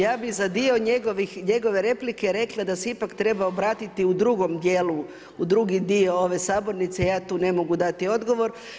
Ja bi za dio njegove replike rekla, da se ipak treba obratiti u drugom dijelu, u drugi dio ove sabornice, ja tu ne mogu dati odgovor.